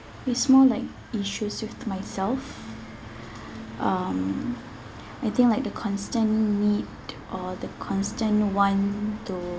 it's more like issues with myself um I think like the constant need or the constant want to